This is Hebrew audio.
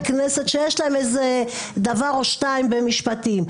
כנסת שיש להם איזה דבר או שניים במשפטים,